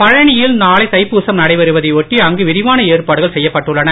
பழனியில் நாளை தைப்பூசம் நடைபெறுவதையொட்டி அங்கு விரிவான ஏற்பாடுகள் செய்யப்பட்டுள்ளன